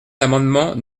l’amendement